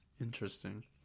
interesting